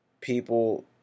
people